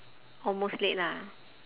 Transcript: almost late lah